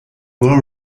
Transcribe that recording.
well